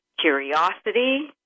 curiosity